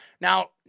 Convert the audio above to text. Now